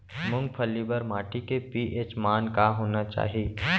मूंगफली बर माटी के पी.एच मान का होना चाही?